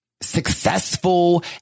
successful